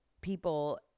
people